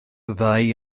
ddau